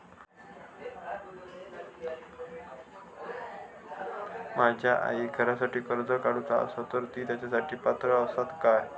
माझ्या आईक घरासाठी कर्ज काढूचा असा तर ती तेच्यासाठी पात्र असात काय?